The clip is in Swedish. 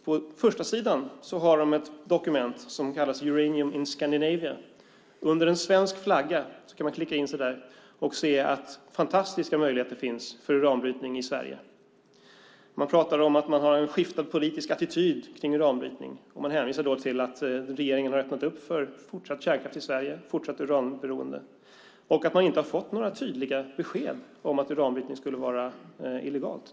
På förstasidan har de ett dokument som kallas Uranium in Scandinavia . Under en svensk flagga kan man klicka in sig och se att fantastiska möjligheter finns för uranbrytning i Sverige. Man pratar om att den politiska attityden när det gäller uranbrytning har skiftat, och man hänvisar till att regeringen har öppnat för fortsatt kärnkraft och fortsatt uranberoende i Sverige och att man inte har fått några tydliga besked om att uranbrytning skulle vara illegalt.